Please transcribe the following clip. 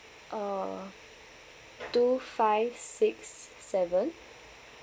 uh two five six seven